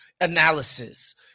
analysis